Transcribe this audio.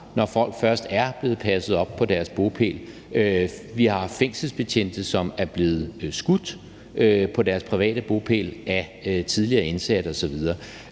når folk først er blevet passet op på deres bopæl. Vi har fængselsbetjente, som er blevet skudt på deres private bopæl af tidligere indsatte osv.